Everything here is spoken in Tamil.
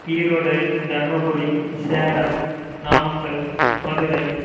ஈரோடு தர்மபுரி சேலம் நாமக்கல் மதுரை